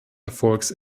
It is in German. erfolgs